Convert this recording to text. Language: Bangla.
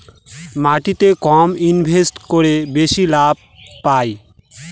মাটিতে কম ইনভেস্ট করে বেশি লাভ পাই